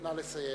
נא לסיים.